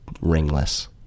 ringless